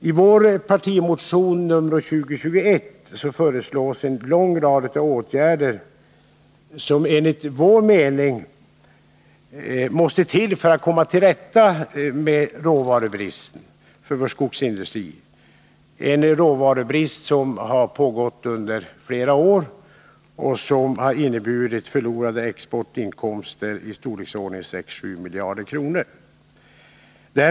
I vår partimotion nr 2021 föreslås en lång rad av åtgärder som enligt vår mening måste till för att man skall komma till rätta med råvarubristen inom skogsindustrin. Det är en råvarubrist som rått under flera år och som har inneburit förlorade exportinkomster i storleksordningen 6-7 miljarder kronor.